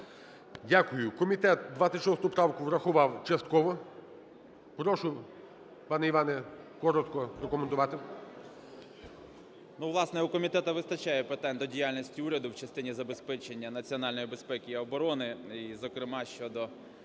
дякую. Комітет 26 правку врахував частково. Прошу, пане Іване, коротко прокоментувати. 10:30:57 ВІННИК І.Ю. Ну, власне, у комітету вистачає питань до діяльності уряду в частині забезпечення національної безпеки і оборони і, зокрема, щодо